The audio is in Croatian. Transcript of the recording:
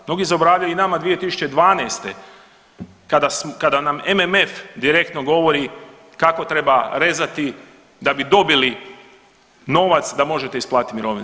Mnogi zaboravljaju i nama 2012. kada nam MMF direktno govori kako treba rezati da bi dobili novac da možete isplatiti mirovine.